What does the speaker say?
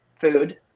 food